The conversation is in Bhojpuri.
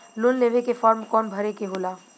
लोन लेवे के फार्म कौन भरे के होला?